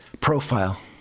profile